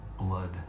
blood